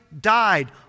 died